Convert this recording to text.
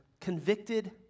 convicted